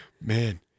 man